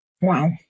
Wow